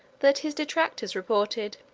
that his detractors reported,